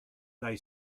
they